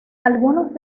algunos